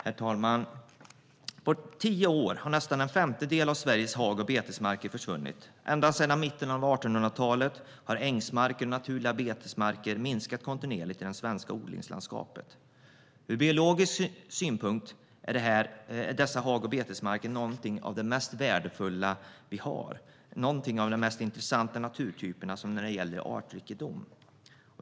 Herr talman! På tio år har nästan en femtedel av Sveriges hag och betesmarker försvunnit. Ända sedan mitten av 1800-talet har ängsmarker och naturliga betesmarker minskat kontinuerligt i det svenska odlingslandskapet. Ur biologisk hänsyn är dessa hag och betesmarker några av de mest värdefulla och intressanta naturtyperna vi har när det gäller artrikedom.